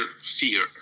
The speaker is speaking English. fear